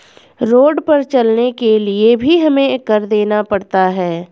road पर चलने के लिए भी हमें कर देना पड़ता है